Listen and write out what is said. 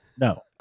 No